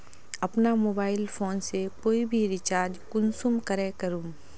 अपना mobile phone से कोई भी रिचार्ज कुंसम करे करूम?